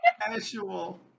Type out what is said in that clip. casual